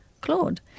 Claude